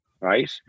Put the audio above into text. Right